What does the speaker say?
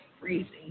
freezing